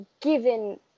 given